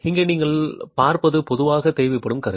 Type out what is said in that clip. இங்கே நீங்கள் பார்ப்பது பொதுவாக தேவைப்படும் கருவி